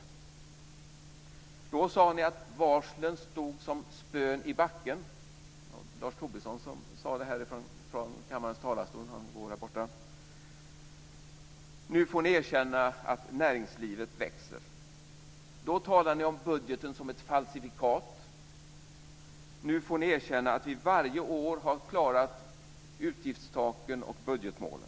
Då sade ni att varslen stod som spön i backen. Det var Lars Tobisson som sade det. Nu får ni erkänna att näringslivet växer. Då talade ni om budgeten som ett falsifikat. Nu får ni erkänna att vi varje år har klarat utgiftstaken och budgetmålen.